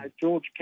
George